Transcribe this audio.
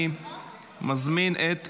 אני מזמין, את